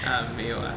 ah 没有啊